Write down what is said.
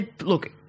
look